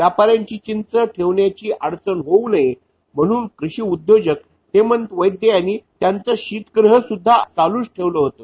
व्यापाऱ्यांची चिंता ठेवण्याची अडचण होऊ नये म्हणून कृषी उद्योजक हेमंत वैद्य त्यांचे शित गृहसुद्धा चालूच ठेवलं होतं